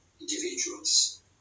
individuals